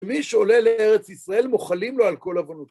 מי שעולה לארץ ישראל, מוחלים לו על כל עוונות.